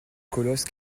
colosse